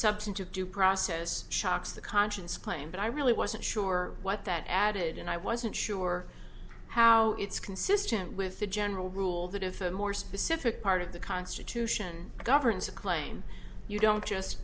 substantive due process shocks the conscience claimed i really wasn't sure what that added and i wasn't sure how it's consistent with the general rule that if a more specific part of the constitution governs a claim you don't just